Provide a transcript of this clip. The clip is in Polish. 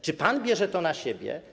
Czy pan bierze to na siebie?